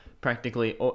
practically